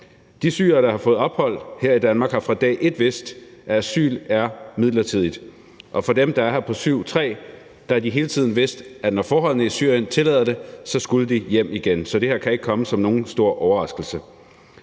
De syrere, der har fået ophold her i Danmark, har fra dag et vidst, at asyl er midlertidigt. Dem, der er her på § 7, stk. 3, har hele tiden vidst, at når forholdene i Syrien tillader det, skulle de hjem igen. Så det her kan ikke komme som nogen stor overraskelse.